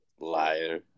Liar